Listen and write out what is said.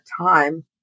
time